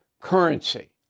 currency